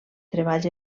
treballs